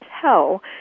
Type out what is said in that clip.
tell